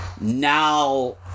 now